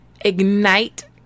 ignite